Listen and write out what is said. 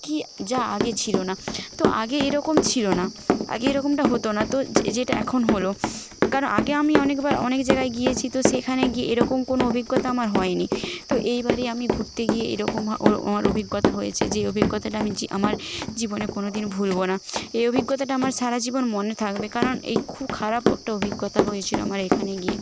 কী যা আগে ছিল না তো আগে এরকম ছিল না আগে এরকমটা হত না তো যে যেটা এখন হল কারণ আগে আমি অনেকবার অনেক জায়গায় গিয়েছি তো সেখানে গিয়ে এরকম কোনও অভিজ্ঞতা আমার হয়নি তো এইবারই আমি ঘুরতে গিয়ে এরকম অভিজ্ঞতা হয়েছে যে অভিজ্ঞতাটা আমি জী আমার জীবনে কোনওদিন ভুলব না এই অভিজ্ঞতাটা আমার সারা জীবন মনে থাকবে কারণ এই খুব খারাপ একটা অভিজ্ঞতা হয়েছিল আমার এখানে গিয়ে